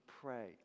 pray